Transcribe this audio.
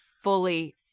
fully